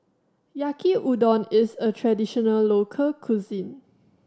Yaki Udon is a traditional local cuisine